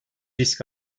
risk